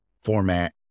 format